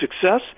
success